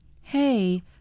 Hey